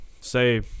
say